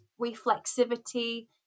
reflexivity